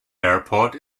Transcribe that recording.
airport